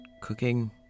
cooking